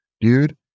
Dude